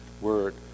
word